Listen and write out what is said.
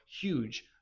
huge